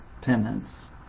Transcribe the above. penance